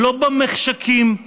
ולא במחשכים,